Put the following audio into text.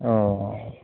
अ